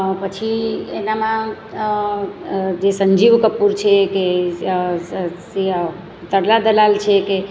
પછી એનામાં જે સંજીવ કપુર છે કે જે તરલા દલાલ છે કે